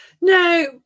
No